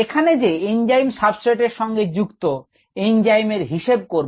এখানে যে enzyme substrate এর সঙ্গে যুক্ত এঞ্জাইম এর হিসেব করব